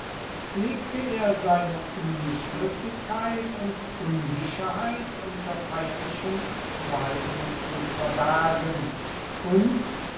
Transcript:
pflegte er seine unschlüssigkeit und unsicherheit unter feierlichem schweigen zu verbergen und